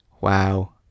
Wow